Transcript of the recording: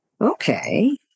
Okay